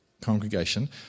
congregation